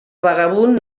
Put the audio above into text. vagabund